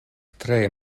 tre